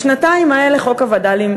בשנתיים האלה חוק הווד"לים,